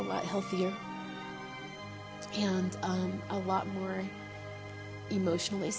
a lot healthier and a lot more emotionally